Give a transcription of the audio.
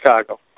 chicago